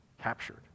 captured